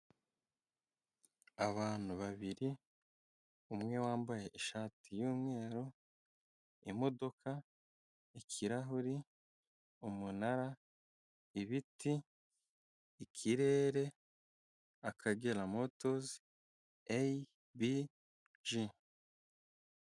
Abantu babiri umwe wambaye ishati y'umweru, imodoka, ikirahuri, umunara, ibiti, ikirere, akagera motozi a bi ji.